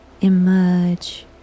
emerge